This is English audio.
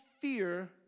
fear